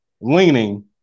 leaning